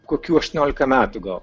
kokių aštuoniolika metų gal